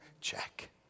check